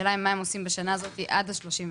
מה הם עושים בשנה הזאת עד ה-31 בדצמבר,